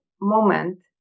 moment